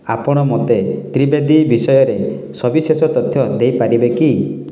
ଆପଣ ମୋତେ ତ୍ରିବେଦୀ ବିଷୟରେ ସବିଶେଷ ତଥ୍ୟ ଦେଇପାରିବେ କି